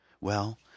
Well